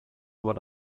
what